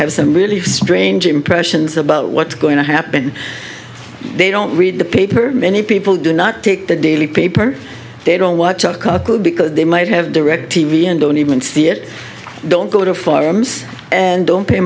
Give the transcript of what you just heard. have some really strange impressions about what's going to happen they don't read the paper many people do not take the daily paper they don't watch out because they might have direct t v and don't even see it don't go to forums and don't pay